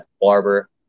Barber